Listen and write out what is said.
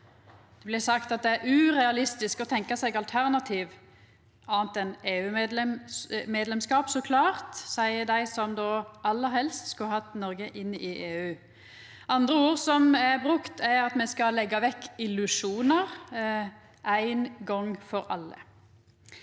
Det blir sagt at det er urealistisk å tenkja seg alternativ – anna enn EU-medlemskap, så klart, seier dei som aller helst skulle hatt Noreg inn i EU. Andre ord som er brukte, er at me skal leggja vekk illusjonar ein gong for alle.